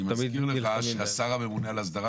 אני מזכיר לך שהשר הממונה על ההסדרה